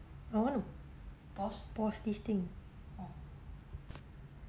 I want to pause this thing